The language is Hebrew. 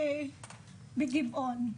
בגבעון.